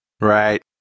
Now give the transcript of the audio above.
Right